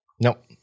Nope